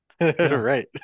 right